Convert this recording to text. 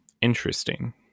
interesting